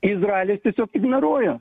izraelis tiesiog ignoruoja